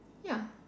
ya